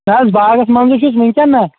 نہ حظ باغَس منٛزٕے چھُس وٕنۍکٮ۪ن نہ